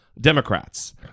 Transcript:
Democrats